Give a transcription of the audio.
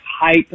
hype